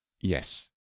Yes